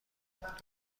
مونده